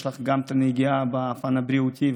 יש לך גם הנגיעה בפן הבריאותי,